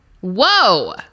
Whoa